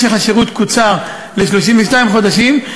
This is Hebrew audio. משך השירות שקוצר ל-32 חודשים.